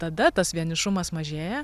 tada tas vienišumas mažėja